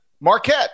Marquette